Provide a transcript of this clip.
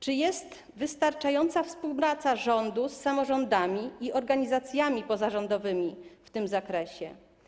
Czy jest wystarczająca współpraca rządu z samorządami i organizacjami pozarządowymi w tym zakresie?